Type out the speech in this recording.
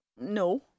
No